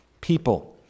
people